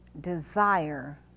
desire